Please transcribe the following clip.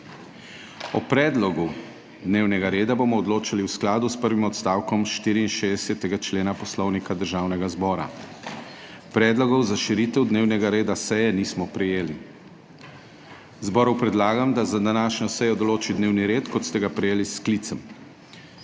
O predlogu dnevnega reda bomo odločali v skladu s prvim odstavkom 64. člena Poslovnika Državnega zbora. Predlogov za širitev dnevnega reda seje nismo prejeli. Zboru predlagam, da za današnjo sejo določi dnevni red, kot ste ga prejeli s sklicem.